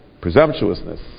presumptuousness